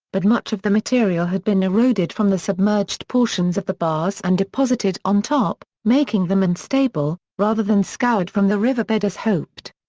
but much of the material had been eroded from the submerged portions of the bars and deposited on top, making them unstable, rather than scoured from the riverbed as hoped.